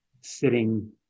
sitting